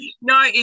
No